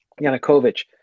Yanukovych